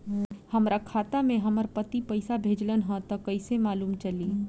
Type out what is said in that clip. हमरा खाता में हमर पति पइसा भेजल न ह त कइसे मालूम चलि?